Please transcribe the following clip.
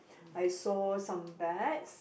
I saw some bats